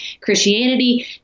Christianity